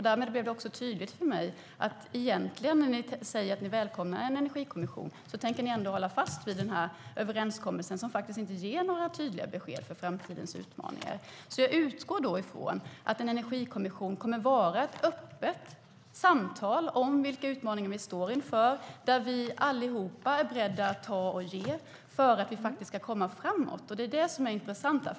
Därmed blev det tydligt för mig att även om ni säger att ni välkomnar en energikommission tänker ni ändå hålla fast vid en överenskommelse som faktiskt inte ger några tydliga besked för framtidens utmaningar. Jag utgår från att en energikommission kommer att vara ett öppet samtal om vilka utmaningar vi står inför och där vi alla är beredda att ge och ta för att vi faktiskt ska komma framåt. Det är det intressanta.